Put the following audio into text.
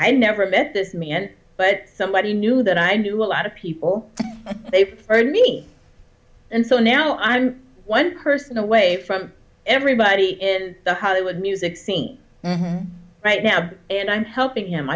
i never met this man but somebody knew that i knew a lot of people they preferred me and so now i'm one person away from everybody in hollywood music scene right now and i'm helping him